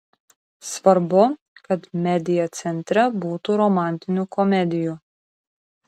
svarbu kad media centre būtų romantinių komedijų